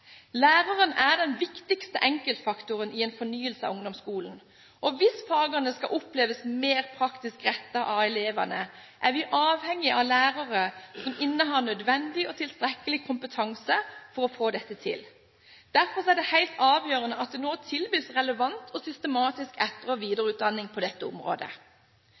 fornyelse av ungdomsskolen. Hvis fagene skal oppleves mer praktisk rettet av elevene, er vi avhengig av lærere som innehar nødvendig og tilstrekkelig kompetanse for å få dette til. Derfor er det helt avgjørende at det nå tilbys relevant og systematisk etter- og videreutdanning på dette området.